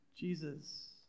Jesus